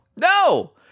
No